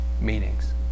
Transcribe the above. meanings